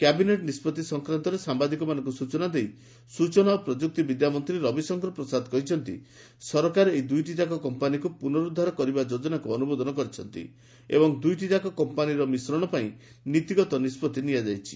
cabinet ନିଷ୍ପଭି ସଂକ୍ରାନ୍ତରେ ସାମ୍ବାଦିକମାନଙ୍କୁ ସୂଚନା ସୂଚନା ପ୍ରଯୁକ୍ତି ବିଦ୍ୟା ମନ୍ତ୍ରୀ ରବିଶଙ୍କର ପ୍ରସାଦ କହିଛନ୍ତି ସରକାର ଏହି ଦୁଇଟିଯାକ କମ୍ପାନୀକୁ ପୁନରୁଦ୍ଧାର କରିବା ଯୋଜନାକୁ ଅନୁମୋଦନ କରିଛନ୍ତି ଏବଂ ଦୁଇଟିଯାକ କମ୍ପାନୀର ମିଶ୍ରଣ ପାଇଁ ନୀତିଗତ ନିଷ୍କତ୍ତି ନିଆଯାଇଛି